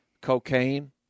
cocaine